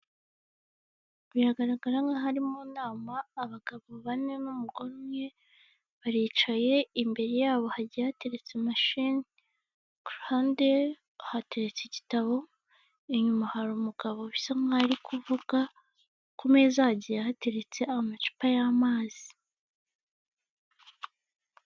Biragaragara nkaho ari mu nama abagabo bane n'umugore umwe baricaye imbere yabo hagiye hateretse macine ,hateretse igitabo inyuma hari umugabo bisa nkaho ari kuvuga ku meza hagiye hateretse amacupa y'amazi .